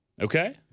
Okay